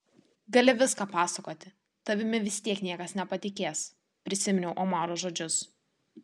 gali viską pasakoti tavimi vis tiek niekas nepatikės prisiminiau omaro žodžius